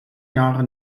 jahre